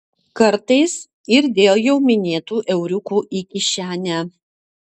kartais ir dėl jau minėtų euriukų į kišenę